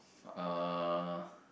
uh